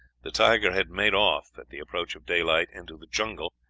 the tiger had made off at the approach of daylight into the jungle,